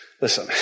Listen